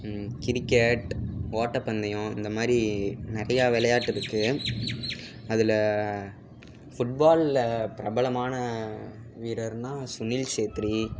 cricket ஓட்டப்பந்தயம் இந்த மாதிரி நிறையா விளையாட்டு இருக்குது அதில் ஃபுட்பால்ல பிரபலமான வீரர்னால் சுனில் சேத்ரி